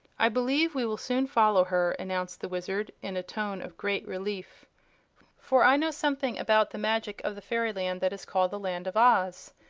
i believe we will soon follow her, announced the wizard, in a tone of great relief for i know something about the magic of the fairyland that is called the land of oz.